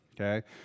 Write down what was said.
Okay